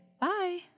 Bye